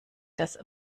das